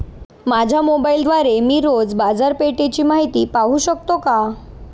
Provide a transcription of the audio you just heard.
माझ्या मोबाइलद्वारे मी रोज बाजारपेठेची माहिती पाहू शकतो का?